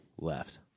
left